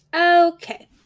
Okay